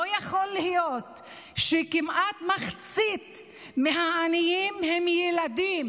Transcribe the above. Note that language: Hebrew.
לא יכול להיות שכמעט מחצית מהעניים הם ילדים.